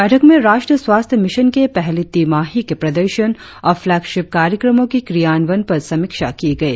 बैठक में राष्ट्रीय स्वास्थ्य मिशन के पहली तिमाही के प्रदर्शन और प्लेकशीफ कार्यक्रमों के क्रियान्वयन पर समीक्षा की गई